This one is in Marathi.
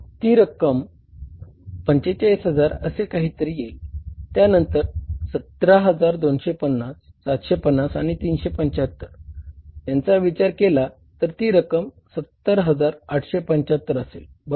ती किंमत 45000 असे काही तरी येईल त्यानंतर 17250 750 आणि 375 यांचा विचार केला तर ती रक्कम 70875 असेल बरोबर